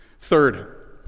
Third